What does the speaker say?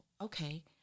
okay